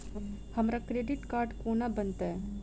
हमरा credit card कोना बनतै?